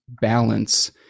balance